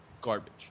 garbage